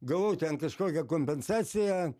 gavau ten kažkokią kompensaciją